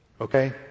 okay